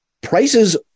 prices